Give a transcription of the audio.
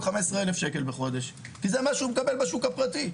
15,000 שקל בחודש כי זה מה שהוא מקבל בשוק הפרטי.